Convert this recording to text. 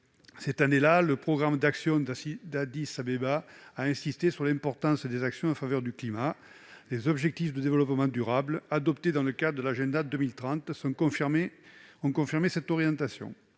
2015, année où le programme d'action d'Addis-Abeba a insisté sur l'importance des actions en faveur du climat. Les objectifs de développement durable adoptés dans le cadre de l'Agenda 2030 ont confirmé cette orientation.